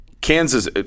Kansas